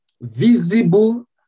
visible